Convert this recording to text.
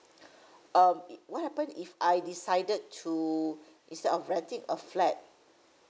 um what happened if I decided to instead of renting a flat